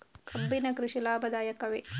ಕಬ್ಬಿನ ಕೃಷಿ ಲಾಭದಾಯಕವೇ?